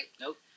nope